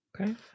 okay